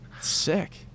Sick